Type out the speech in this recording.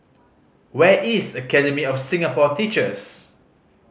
where is Academy of Singapore Teachers